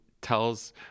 tells